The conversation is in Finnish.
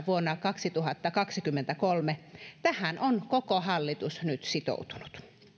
vuonna kaksituhattakaksikymmentäkolme tähän on koko hallitus nyt sitoutunut